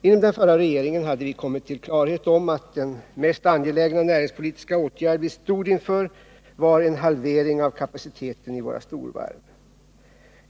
Inom den förra regeringen hade vi kommit till klarhet om att den mest angelägna näringspolitiska åtgärd vi stod inför var en halvering av kapaci teten i våra storvarv.